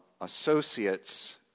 Associates